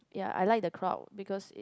ya I like the crowd because it